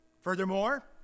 Furthermore